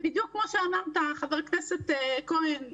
בדיוק כפי שאמר חבר הכנסת כהן,